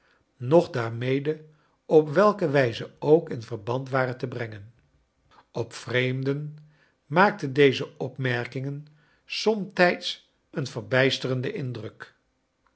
noch daarmecle op welke wijze ook in verband waren te brengen op vreemden maakten deze opmerkingen somtijds een verbijstcrenden indruk